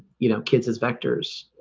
you know kids as vectors,